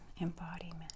embodiment